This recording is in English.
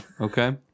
okay